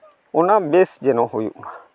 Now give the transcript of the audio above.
ᱚᱱᱟ ᱵᱮᱥ ᱡᱮᱱᱚ ᱦᱩᱭᱩᱜᱼᱢᱟ